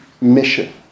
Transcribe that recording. mission